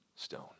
Stone